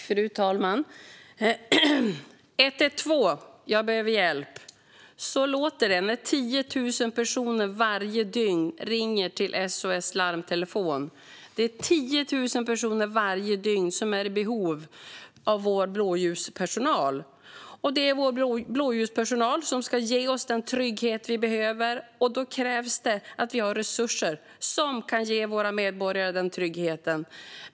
Fru talman! 112 - jag behöver hjälp! Så låter det när 10 000 personer varje dygn ringer till SOS Alarms telefon. Det är 10 000 personer varje dygn som är i behov av vår blåljuspersonal, och det är vår blåljuspersonal som ska ge oss den trygghet vi behöver. Då krävs det att vi har resurser som kan ge våra medborgare den tryggheten.